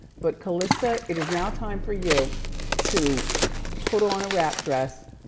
but calista it is now time for you to put on a wrap dress,